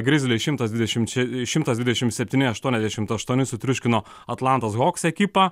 grizliai šimtas dvidešimčia šimtas dvidešim septyni aštuoniasdešim aštuoni sutriuškino atlantos hawks ekipą